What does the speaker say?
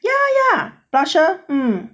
ya ya blusher mm